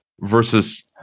versus